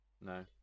No